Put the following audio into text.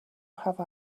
have